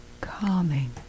calming